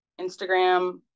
Instagram